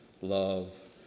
love